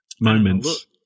Moments